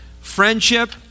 Friendship